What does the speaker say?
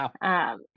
wow